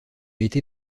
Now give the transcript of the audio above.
été